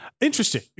Interesting